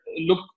look